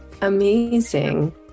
amazing